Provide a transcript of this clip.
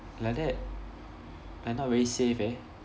like that like not very safe eh